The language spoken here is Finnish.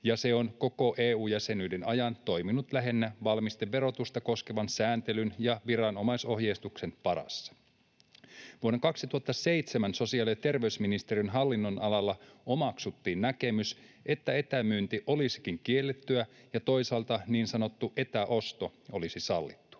ja se on koko EU-jäsenyyden ajan toiminut lähinnä valmisteverotusta koskevan sääntelyn ja viranomaisohjeistuksen varassa. Vuonna 2007 sosiaali- ja terveysministeriön hallinnonalalla omaksuttiin näkemys, että etämyynti olisikin kiellettyä ja toisaalta niin sanottu etäosto olisi sallittua.